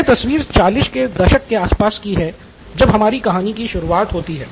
यह तस्वीर चालीस के दशक के आसपास की है जब हमारी कहानी की शुरूआत होती है